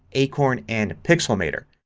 acorn, and pixelmator.